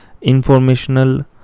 informational